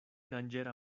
danĝera